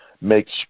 makes